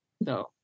No